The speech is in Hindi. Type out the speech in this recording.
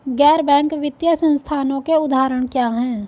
गैर बैंक वित्तीय संस्थानों के उदाहरण क्या हैं?